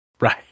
Right